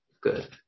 good